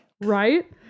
Right